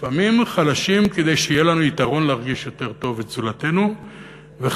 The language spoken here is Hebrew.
ולפעמים חלשים כדי שיהיה לנו יתרון להרגיש יותר טוב את זולתנו וחזקים